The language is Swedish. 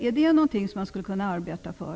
Är det någonting som man skulle kunna arbeta för?